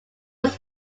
was